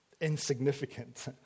insignificant